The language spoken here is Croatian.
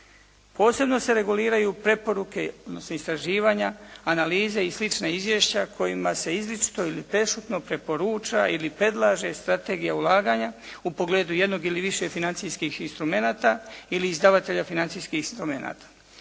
Posebno se reguliraju preporuke, odnosno istraživanja, analize i slična izvješća kojima se izričito ili prešutno preporuča ili predlaže strategija ulaganja u pogledu jednog ili više financijskih instrumenata ili izdavatelja financijskih instrumenata.